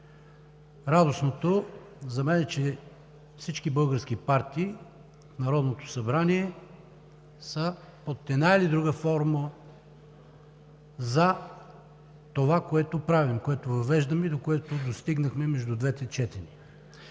Радостното за мен е, че всички български партии в Народното събрание са, под една или друга форма, за това, което правим, което въвеждаме или което достигнахме между двете четения.